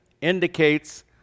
indicates